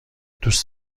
دوست